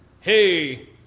hey